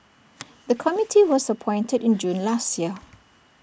the committee was appointed in June last year